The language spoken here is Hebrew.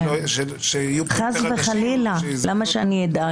חס וחלילה, למה שאני אדאג?